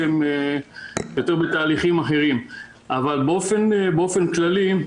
שהם יותר בתהליכים אחרים אבל באופן כללי,